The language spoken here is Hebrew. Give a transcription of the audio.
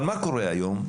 אבל מה קורה היום?